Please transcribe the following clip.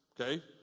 okay